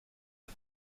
itd